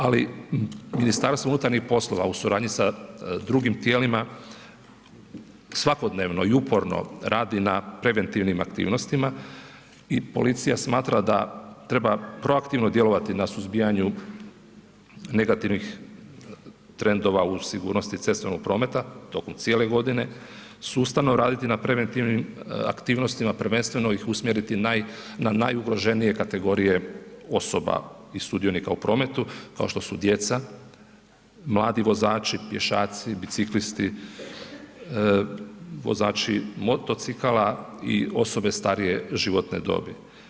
Ali MUP u suradnji sa drugim tijelima svakodnevno i uporno radi na preventivnim aktivnostima i policija smatra da treba proaktivno djelovati na suzbijanju negativnih trendova u sigurnosti cestovnog prometa tokom cijele godine, sustavno raditi na preventivnim aktivnostima prvenstveno ih usmjeriti na najugroženije kategorije osoba i sudionika u prometu kao što su djeca, mladi vozači, pješaci, biciklisti, vozači motocikala i osobe starije životne dobi.